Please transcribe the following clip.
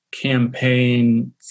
campaign